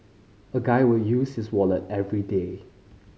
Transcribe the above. a guy will use his wallet everyday